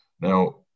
Now